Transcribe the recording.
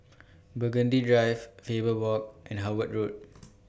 Burgundy Drive Faber Walk and Howard Road